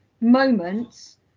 moments